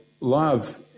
love